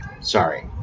sorry